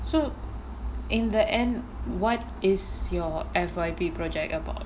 so in the end what is your F_Y_P project about